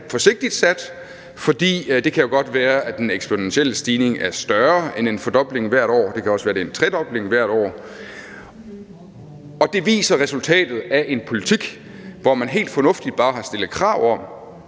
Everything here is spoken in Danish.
forsigtigt sat, fordi det jo godt kan være, at den eksponentielle stigning bliver større end en fordobling hvert år – det kan også være, det er en tredobling hvert år. Det viser resultatet af en politik, hvor man helt fornuftigt bare har stillet krav om,